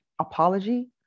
apology